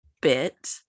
bit